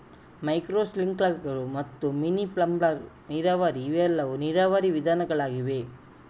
micro ಸ್ಪ್ರಿಂಕ್ಲರುಗಳು ಮತ್ತು mini bubbler ನೀರಾವರಿ ಇವೆಲ್ಲವೂ ನೀರಾವರಿ ವಿಧಾನಗಳಾಗಿವೆ